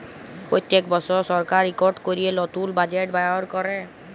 প্যত্তেক বসর সরকার ইকট ক্যরে লতুল বাজেট বাইর ক্যরে